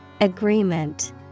Agreement